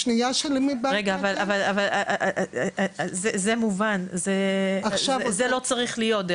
זה מובן, זה לא צריך להיות.